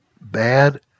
bad